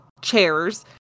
chairs